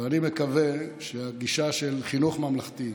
ואני מקווה שהגישה של חינוך ממלכתי,